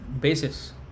basis